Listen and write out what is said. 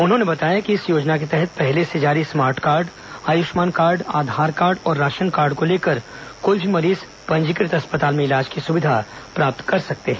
उन्होंने बताया कि इस योजना के तहत पहले से जारी smart card Ayushman card Aadhaar card और राशन कार्ड को लेकर कोई भी मरीज पंजीकृत अस्पताल में इलाज की सुविधा प्राप्त कर सकते हैं